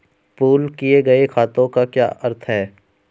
Pool किए गए खातों का क्या अर्थ है?